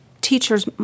teachers